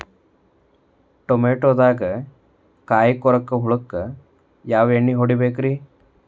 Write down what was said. ಟಮಾಟೊದಾಗ ಕಾಯಿಕೊರಕ ಹುಳಕ್ಕ ಯಾವ ಎಣ್ಣಿ ಹೊಡಿಬೇಕ್ರೇ?